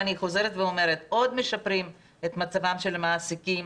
אני חוזרת ואומרת, משפרים עוד את מצבם של המעסיקים